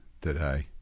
today